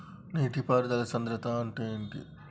నీటి పారుదల సంద్రతా అంటే ఏంటిది?